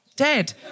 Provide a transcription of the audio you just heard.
dead